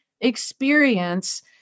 experience